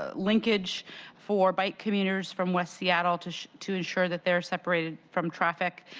ah linkage for bike commuters from west seattle, to to ensure that they are separated from traffic.